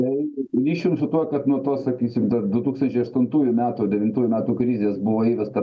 tai ryšium su tuo kad nuo tos sakysim dar du tūkstančiai aštuntųjų metų devintųjų metų krizės buvo įvesta